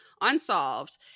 unsolved